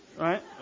right